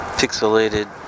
pixelated